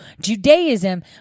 Judaism